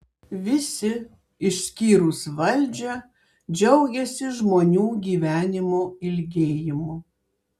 visi išskyrus valdžią džiaugiasi žmonių gyvenimo ilgėjimu